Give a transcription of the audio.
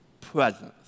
presence